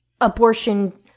abortion